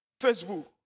Facebook